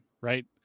right